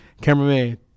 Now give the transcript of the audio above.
Cameraman